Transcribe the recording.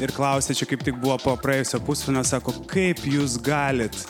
ir klausia čia kaip tai buvo po praėjusio pusfinalio sako kaip jūs galit